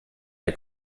der